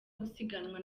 gusiganwa